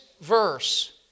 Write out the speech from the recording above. verse